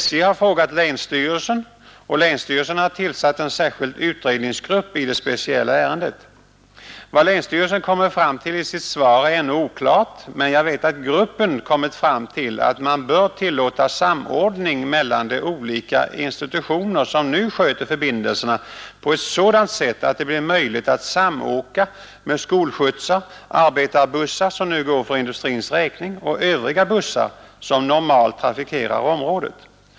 SJ har frågat länsstyrelsen, och länsstyrelsen har tillsatt en särskild utredningsgrupp i det speciella ärendet. Vad länsstyrelsen kommer fram till i sitt svar är ännu oklart, men jag vet att utredningsgruppen anser att man bör tillåta samordning mellan de olika institutioner som nu sköter förbindelserna på ett sådant sätt att det blir möjligt att samåka med skolskjutsar, arbetarbussar som kör för industrins räkning och övriga bussar, som normalt trafikerar området.